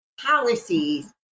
policies